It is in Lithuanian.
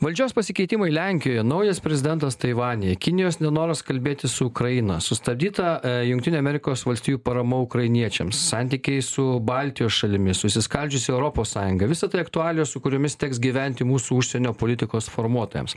valdžios pasikeitimui lenkijoje naujas prezidentas taivanyje kinijos nenoras kalbėtis su ukraina sustabdyta jungtinių amerikos valstijų parama ukrainiečiams santykiai su baltijos šalimis susiskaldžiusi europos sąjunga visa tai aktualijos su kuriomis teks gyventi mūsų užsienio politikos formuotojams